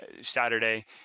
Saturday